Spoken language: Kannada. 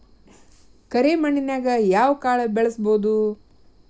ಕರೆ ಮಣ್ಣನ್ಯಾಗ್ ಯಾವ ಕಾಳ ಬೆಳ್ಸಬೋದು?